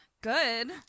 good